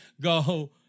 go